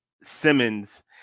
Simmons